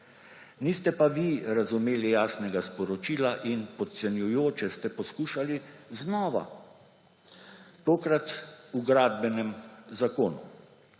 Niste pa vi razumeli jasnega sporočila in podcenjujoče ste poskušali znova, tokrat v Gradbenem zakonu.